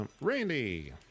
Randy